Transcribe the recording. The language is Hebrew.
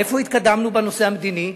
איפה התקדמנו בנושא המדיני?